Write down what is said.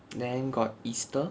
then got easter